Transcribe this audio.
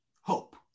hope